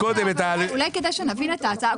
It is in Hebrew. אולי כדאי שנבין את ההצעה.